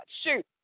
Shoot